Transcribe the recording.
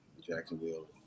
Jacksonville